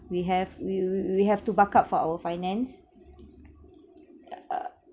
we have we we we have to buck up for our finance uh